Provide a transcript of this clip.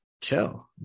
chill